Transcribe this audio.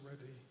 ready